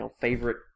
favorite